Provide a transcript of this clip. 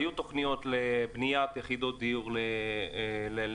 היו תוכניות לבניית יחידות דיור להשכרה.